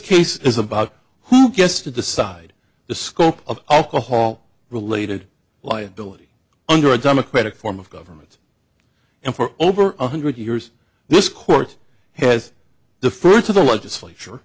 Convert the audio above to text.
case is about who gets to decide the scope of alcohol related liability under a democratic form of government and for over one hundred years this court has deferred to the legislature